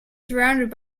surrounded